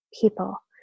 people